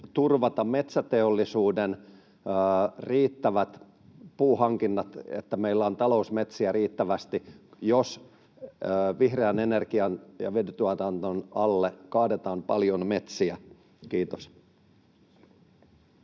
turvata metsäteollisuuden riittävät puuhankinnat, niin että meillä on talousmetsiä riittävästi, jos vihreän energian ja vetytuotannon alle kaadetaan paljon metsiä? — Kiitos.